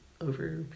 over